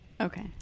Okay